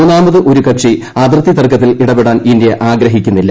മൂന്നാമത് ഒരു കക്ഷി അതിർത്തി തർക്കത്തിൽ ഇടപെടാൻ ഇന്ത്യ ആഗ്രഹിക്കുന്നില്ല